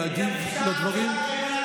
חבר הכנסת טייב, אתה מעוניין להגיב על הדברים?